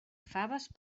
faves